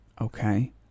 Okay